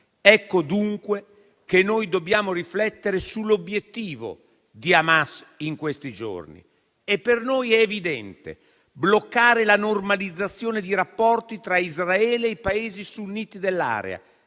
Ecco dunque che noi dobbiamo riflettere sull'obiettivo di Hamas in questi giorni. Per noi è evidente: bloccare la normalizzazione di rapporti tra Israele e i Paesi sunniti dell'area,